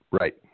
Right